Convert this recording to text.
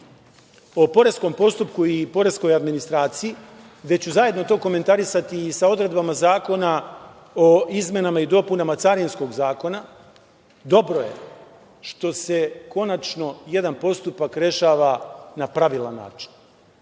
o poreskom postupku i poreskoj administraciji, gde ću zajedno to komentarisati i sa odredbama Zakona o izmenama i dopunama carinskog zakona, dobro je što se konačno jedan postupak rešava na pravilan način,